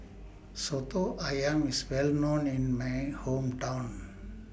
Soto Ayam IS Well known in My Hometown